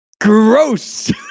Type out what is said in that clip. Gross